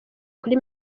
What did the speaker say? kuri